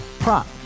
Prop